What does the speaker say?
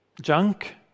junk